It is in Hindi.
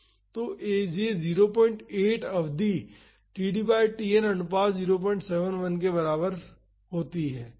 तो यह 08 अवधि td बाई Tn अनुपात 071 के बराबर देता है